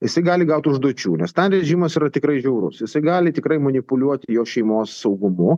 jisai gali gaut užduočių nes ten režimas yra tikrai žiaurus jisai gali tikrai manipuliuot jo šeimos saugumu